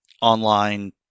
online